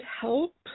help